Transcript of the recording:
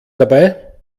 dabei